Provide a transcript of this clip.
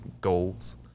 goals